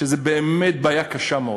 ששם זו באמת בעיה קשה מאוד,